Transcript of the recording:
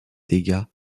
dégâts